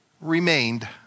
remained